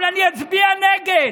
אבל אני אצביע נגד,